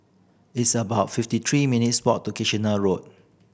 it's about fifty three minutes' walk to Kitchener Road